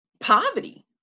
poverty